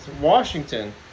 Washington